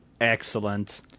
Excellent